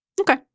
Okay